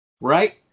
right